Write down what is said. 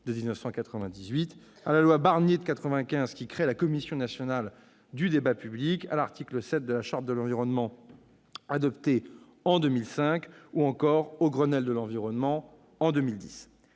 de 1998, à la loi Barnier de 1995, qui a créé la Commission nationale du débat public, à l'article 7 de la Charte de l'environnement, adoptée en 2005, ou encore au Grenelle de l'environnement de 2010.